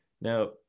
Now